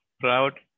proud